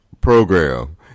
Program